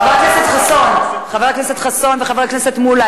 חבר הכנסת חסון וחבר הכנסת מולה,